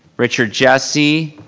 richard jesse.